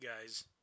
guys